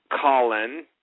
Colin